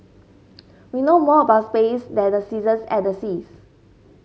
we know more about space than the seasons and the seas